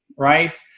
right?